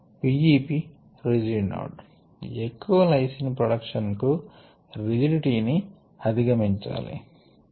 P E P rigid node ఎక్కువ lysine production కు rigidity ని అధిగమించాలి